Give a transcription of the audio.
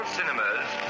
cinemas